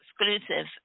exclusive